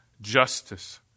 justice